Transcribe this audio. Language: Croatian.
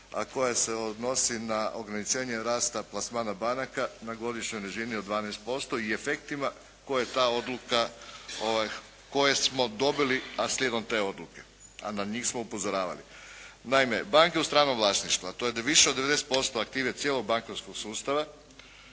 a koja se odnosi na ograničenje rasta plasmana banaka na godišnjoj razini od 12% i efektima koja ta odluka koje smo dobili, a slijedom te odluke, a na njih smo upozoravali. Naime, banke u stranom vlasništvu, a to je da više od 90% aktive cijelog bankarskog sustava